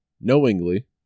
knowingly